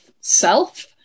self